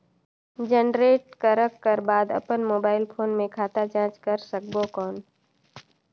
Generate करक कर बाद अपन मोबाइल फोन मे खाता जांच कर सकबो कौन?